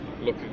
look